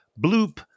bloop